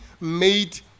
made